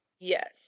Yes